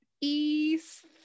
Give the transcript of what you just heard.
East